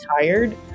tired